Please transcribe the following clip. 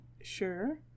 sure